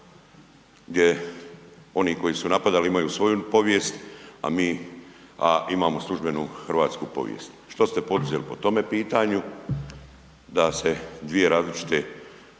gdje oni koji su napadali, imaju svoju povijest a mi imamo službenu hrvatsku povijest. Što se poduzeli po tome pitanju da se dvije različite,